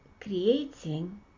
creating